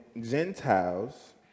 Gentiles